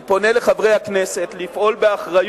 אני פונה אל חברי הכנסת לפעול באחריות.